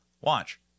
Watch